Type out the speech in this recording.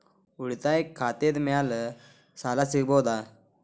ಉಳಿತಾಯ ಖಾತೆದ ಮ್ಯಾಲೆ ಸಾಲ ಸಿಗಬಹುದಾ?